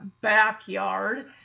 backyard